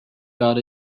got